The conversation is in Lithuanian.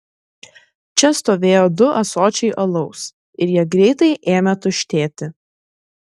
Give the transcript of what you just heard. čia stovėjo du ąsočiai alaus ir jie greitai ėmė tuštėti